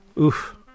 Oof